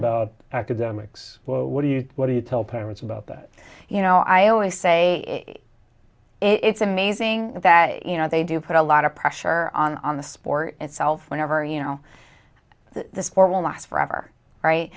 about academics but what do you what do you tell parents about that you know i always say it's amazing that you know they do put a lot of pressure on the sport itself whenever you know the war will last forever right